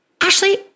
Ashley